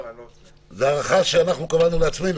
להצבעה.